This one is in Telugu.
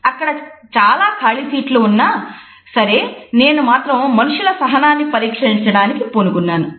అక్కడ చాలా ఖాళీ సీట్లు ఉన్నా సరే నేను మాత్రం మనుష్యుల సహనాన్ని పరీక్షించడానికి పూనుకున్నాను